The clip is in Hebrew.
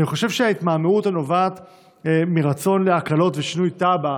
אני חושב שההתמהמהות הנובעת מרצון להקלות ושינוי תב"ע